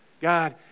God